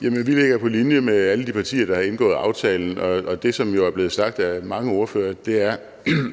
vi ligger på linje med alle de partier, der har indgået aftalen. Og det, som er blevet sagt af mange ordførere, er,